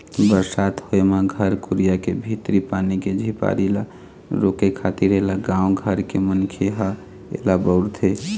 बरसात होय म घर कुरिया के भीतरी पानी के झिपार ल रोके खातिर ऐला गाँव घर के मनखे ह ऐला बउरथे